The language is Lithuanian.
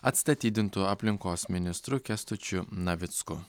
atstatydintu aplinkos ministru kęstučiu navicku